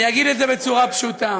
אני אגיד את זה בצורה פשוטה: